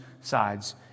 sides